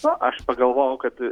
nu aš pagalvojau kad